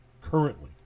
currently